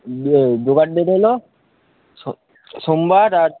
জোগাড় ডেট হলো সোমবার আর